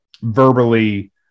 verbally